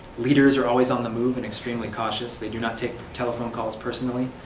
leaders are always on the move and extremely cautious. they do not take telephone calls personally,